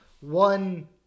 one